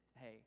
hey